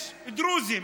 יש דרוזים.